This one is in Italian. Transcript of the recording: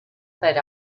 per